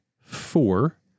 four